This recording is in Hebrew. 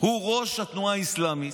הוא ראש התנועה האסלאמית.